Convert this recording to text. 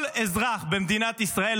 כל אזרח במדינת ישראל,